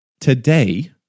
today